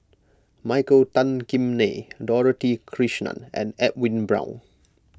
Michael Tan Kim Nei Dorothy Krishnan and Edwin Brown